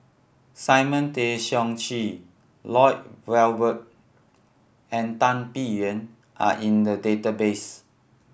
Simon Tay Seong Chee Lloyd Valberg and Tan Biyun are in the database